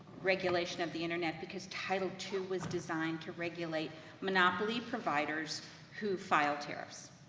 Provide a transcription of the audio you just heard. regulation of the internet, because title two was designed to regulate monopoly providers who filed tariffs.